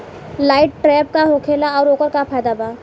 Light trap का होखेला आउर ओकर का फाइदा बा?